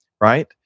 right